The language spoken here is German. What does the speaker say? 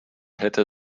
hätte